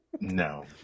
no